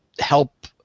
help